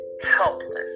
helpless